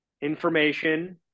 information